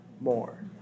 more